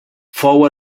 fou